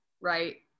right